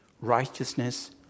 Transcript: righteousness